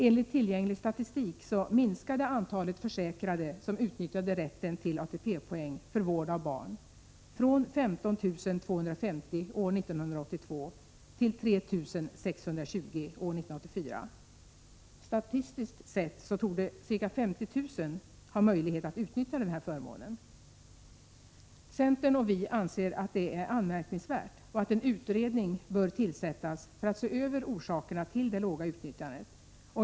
Enligt tillgänglig statistik minskade antalet försäkrade som utnyttjade rätten till ATP-poäng för vård av barn från 15 250 år 1982 till 3 620 år 1984. Statistiskt sett torde ca 50 000 ha möjlighet att utnyttja den förmånen. Centern och vi anser att det är anmärkningsvärt och att en utredning bör tillsättas för att se över orsakerna till det låga utnyttjandet.